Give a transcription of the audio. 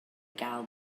gael